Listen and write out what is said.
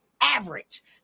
average